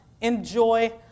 enjoy